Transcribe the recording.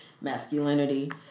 masculinity